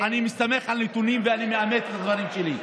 אני מסתמך על נתונים ואני מאמת את הדברים שלי.